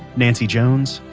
nancy jones,